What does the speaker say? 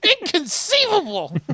Inconceivable